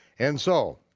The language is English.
and so.